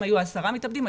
אם היו עשרה מתאבדים,